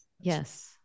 yes